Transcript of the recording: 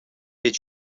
did